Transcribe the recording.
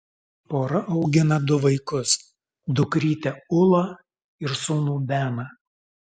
pora augina du vaikus dukrytę ulą ir sūnų beną